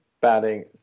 batting